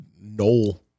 Noel